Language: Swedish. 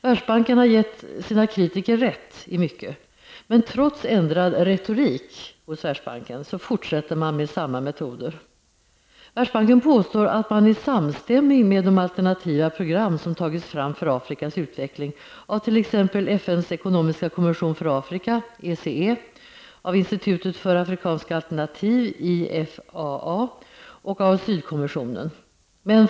Världsbanken har gett sina kritiker rätt i mycket, men trots ändrad retorik i Världsbanken fortsätter man med samma metoder. Världsbanken påstår att man är samstämmig med de alternativa program som tagits fram för Afrikas utveckling av t.ex. FNs ekonomiska kommission för Afrika, ECE, Institutet för afrikanska alternativ, IFAA, och Sydkommissionen.